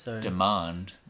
demand